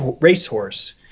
racehorse